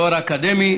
תואר אקדמי,